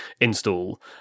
install